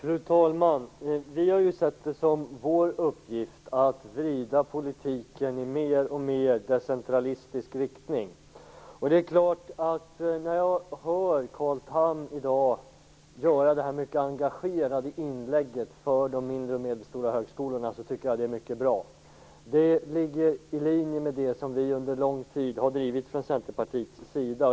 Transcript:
Fru talman! Vi har ju sett det som vår uppgift att vrida politiken mer och mer i decentralistisk riktning. När jag hör Carl Tham i dag göra sitt mycket engagerade inlägg för de mindre och medelstora högskolorna, tycker jag att det är mycket bra. Det ligger i linje med det som vi under lång tid har drivit från Centerpartiets sida.